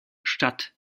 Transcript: statt